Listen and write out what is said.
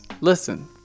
listen